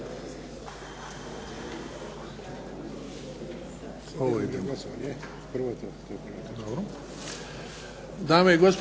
Hvala vam.